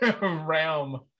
realm